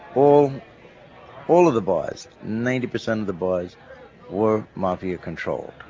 all all of the bars, ninety percent of the bars were mafia controlled.